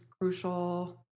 crucial